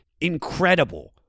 incredible